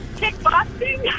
kickboxing